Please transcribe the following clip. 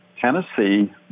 Tennessee